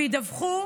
וידווחו